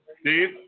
Steve